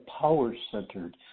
power-centered